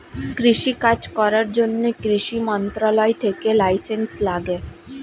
কৃষি কাজ করার জন্যে কৃষি মন্ত্রণালয় থেকে লাইসেন্স লাগে